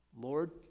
Lord